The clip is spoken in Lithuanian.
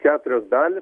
keturios dalys